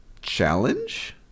challenge